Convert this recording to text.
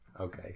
Okay